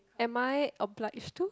am I obliged to